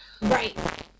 Right